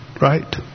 right